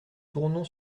tournon